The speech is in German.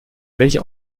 welcher